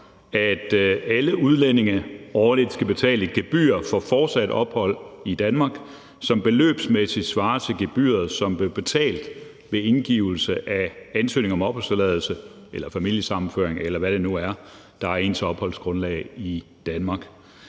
at alle udlændinge årligt skal betale et gebyr for fortsat ophold i Danmark, som beløbsmæssigt svarer til gebyret, som blev betalt ved indgivelse af ansøgning om opholdstilladelse eller familiesammenføring, eller hvad det nu er, der er ens opholdsgrundlag i Danmark.